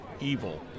evil